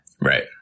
Right